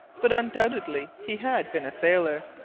but undoubtedly he had been a sailor.